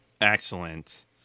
Excellent